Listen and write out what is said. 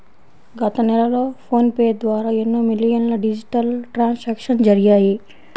గత నెలలో PhonePe ద్వారా ఎన్నో మిలియన్ల డిజిటల్ ట్రాన్సాక్షన్స్ జరిగాయి